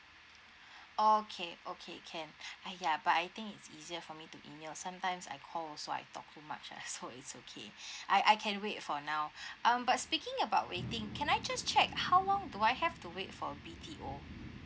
okay okay can !aiya! but I think it's easier for me to email sometimes I call also I talk too much uh so it's okay I I can wait for now um but speaking about waiting can I just check how long do I have to wait for B_T_O